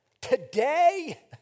Today